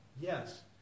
Yes